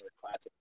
classic